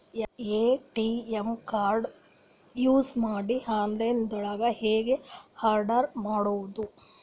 ATM card use ಮಾಡಿ online ದೊಳಗೆ ಹೆಂಗ್ ಆರ್ಡರ್ ಮಾಡುದು?